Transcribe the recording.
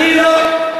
איזה מילים?